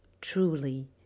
Truly